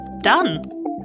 Done